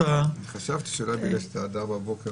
אני חשבתי שאולי בגלל שהייתה ועדה בבוקר,